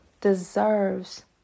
deserves